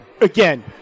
Again